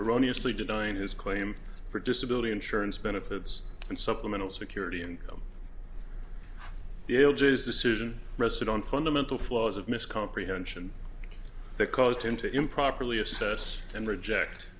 erroneous lee denying his claim for disability insurance benefits and supplemental security income the decision rested on fundamental flaws of miscomprehension that caused him to improperly assess and reject